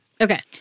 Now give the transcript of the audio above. Okay